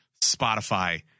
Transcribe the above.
Spotify